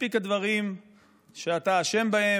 מספיק הדברים שאתה אשם בהם,